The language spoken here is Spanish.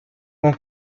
con